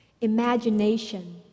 imagination